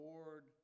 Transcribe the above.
Lord